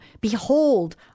Behold